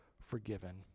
forgiven